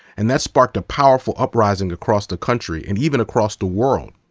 and that sparked a powerful uprising across the country and even across the world.